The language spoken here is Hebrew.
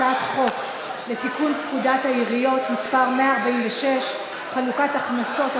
הצעת חוק לתיקון פקודת העיריות (מס' 146) (חלוקת הכנסות),